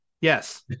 yes